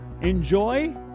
Enjoy